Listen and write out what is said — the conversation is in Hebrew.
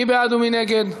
מי בעד ומי נגד?